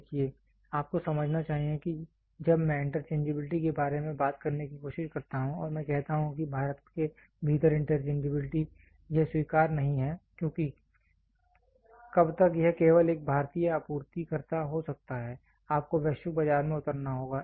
देखिए आपको समझना चाहिए कि जब मैं इंटरचेंजबिलिटी के बारे में बात करने की कोशिश करता हूं और मैं कहता हूं कि भारत के भीतर इंटरचेंजबिलिटी यह स्वीकार नहीं है क्योंकि कब तक यह केवल एक भारतीय आपूर्ति कर्ता हो सकता है आपको वैश्विक बाजार में उतरना होगा